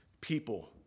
people